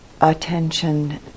attention